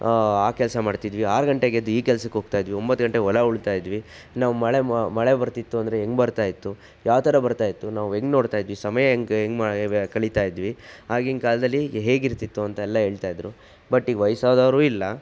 ಆ ಕೆಲಸ ಮಾಡ್ತಿದ್ವಿ ಆರು ಗಂಟೆಗೆದ್ದು ಆ ಕೆಲಸಕ್ಕೆ ಹೋಗ್ತಾಯಿದ್ವಿ ಒಂಬತ್ತು ಗಂಟೆ ಹೊಲ ಉಳ್ತಾಯಿದ್ವಿ ನಾವು ಮಳೆ ಮಳೆ ಬರ್ತಿತ್ತು ಅಂದರೆ ಹೇಗೆ ಬರ್ತಾಯಿತ್ತು ಯಾವ ಥರ ಬರ್ತಾಯಿತ್ತು ನಾವು ಹೇಗೆ ನೋಡ್ತಾಯಿದ್ವಿ ಸಮಯ ಹೇಗೆ ಹೇಗೆ ಕಳಿತಾಯಿದ್ವಿ ಆಗಿನ ಕಾಲದಲ್ಲಿ ಹೇಗಿರ್ತಿತ್ತು ಅಂತ ಎಲ್ಲ ಹೇಳ್ತಾಯಿದ್ರು ಬಟ್ ಈಗ ವಯ್ಸಾದವರು ಇಲ್ಲ